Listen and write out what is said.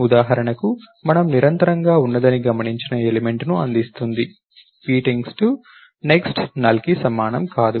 ఉదాహరణకు మనము నిరంతరంగా ఉన్నదని గమనించిన ఎలిమెంట్ను అందిస్తుంది p → next NULLకి సమానం కాదు